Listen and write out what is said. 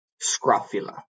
Scrofula